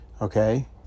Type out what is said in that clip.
okay